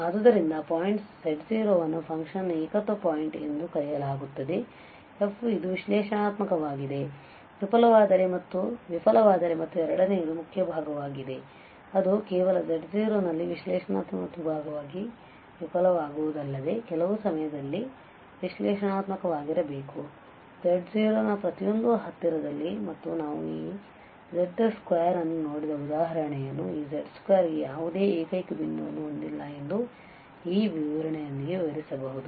ಆದ್ದರಿಂದ point z0 ಅನ್ನು function ನ ಏಕತ್ವ ಪಾಯಿಂಟ್ ಎಂದು ಕರೆಯಲಾಗುತ್ತದೆ f ಇದು ವಿಶ್ಲೇಷಣಾತ್ಮಕವಾಗಿ ವಿಫಲವಾದರೆ ಮತ್ತು ಎರಡನೆಯದು ಮುಖ್ಯ ಭಾಗವಾಗಿದೆ ಅದು ಕೇವಲz0 ನಲ್ಲಿ ವಿಶ್ಲೇಷಣಾತ್ಮಕವಾಗಿ ವಿಫಲವಾಗುವುದಲ್ಲದೆ ಕೆಲವು ಸಮಯದಲ್ಲಿ ವಿಶ್ಲೇಷಣಾತ್ಮಕವಾಗಿರಬೇಕು z0 ನ ಪ್ರತಿಯೊಂದು ಹತ್ತಿರದಲ್ಲಿ ಮತ್ತು ನಾವು ಈz2 ಅನ್ನು ನೋಡಿದ ಉದಾಹರಣೆಯನ್ನು ಈ z2 ಗೆ ಯಾವುದೇ ಏಕೈಕ ಬಿಂದುವನ್ನು ಹೊಂದಿಲ್ಲ ಎಂದು ಈ ವಿವರಣೆಯೊಂದಿಗೆ ವಿವರಿಸಬಹುದು